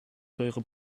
teure